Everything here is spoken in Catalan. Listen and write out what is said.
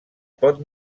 pot